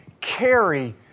carry